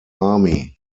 army